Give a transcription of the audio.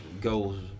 goals